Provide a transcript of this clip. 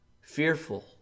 Fearful